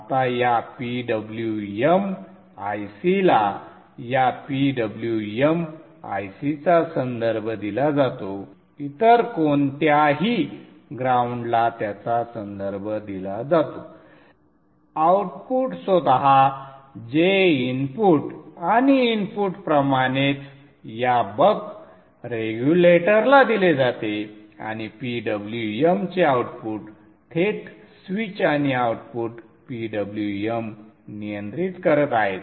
आता या PWM IC ला या PWM IC चा संदर्भ दिला जातो इतर कोणत्याही ग्राउंडला याचा संदर्भ दिला जातो आउटपुट स्वतः जे इनपुट आणि इनपुट प्रमाणेच या बक रेग्युलेटरला दिले जाते आणि PWM चे आउटपुट थेट स्विच आणि आउटपुट PWM नियंत्रित करत आहे